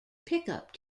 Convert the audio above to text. pickup